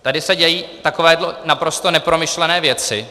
Tady se dějí takovéto naprosto nepromyšlené věci.